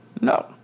no